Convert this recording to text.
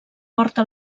porta